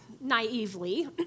naively